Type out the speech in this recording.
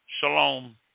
Shalom